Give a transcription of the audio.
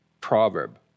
proverb